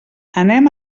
anem